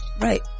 Right